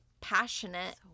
passionate